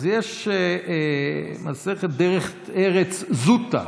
אז יש מסכת דרך ארץ זוטא,